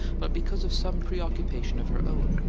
but because of some preoccupation of her own.